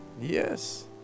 Yes